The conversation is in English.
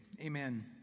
Amen